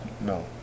No